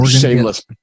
Shameless